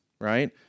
right